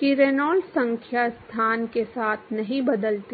कि रेनॉल्ड्स संख्या स्थान के साथ नहीं बदलती है